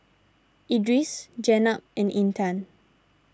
Idris Jenab and Intan